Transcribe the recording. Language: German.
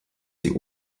sie